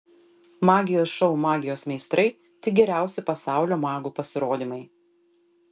magijos šou magijos meistrai tik geriausi pasaulio magų pasirodymai